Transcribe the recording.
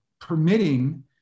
permitting